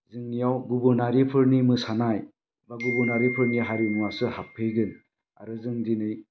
जोंनियाव गुबुनारिफोरनि मोसानाय एबा गुबुनारिफोरनि हारिमुवासो हाबफैगोन आरो जों दिनै